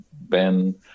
Ben